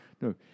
No